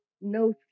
No